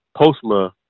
Postma